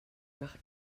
nach